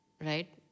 right